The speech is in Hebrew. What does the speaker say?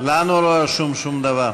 רשום שום דבר.